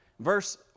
Verse